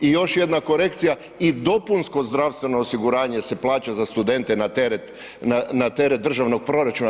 I još jedna korekcija i dopunsko zdravstveno osiguranje se plaća za studente na teret državnog proračuna.